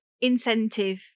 incentive